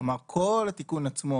כלומר כל התיקון עצמו